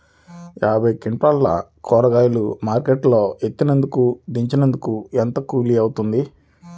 యాభై క్వింటాలు కూరగాయలు మార్కెట్ లో ఎత్తినందుకు, దించినందుకు ఏంత కూలి అవుతుంది?